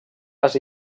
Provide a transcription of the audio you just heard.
les